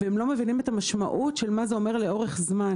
והם לא מבינים את המשמעות של מה זה אומר לאורך זמן.